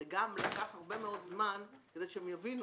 זה גם לקח הרבה מאוד זמן כדי שהם יבינו